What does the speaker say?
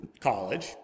college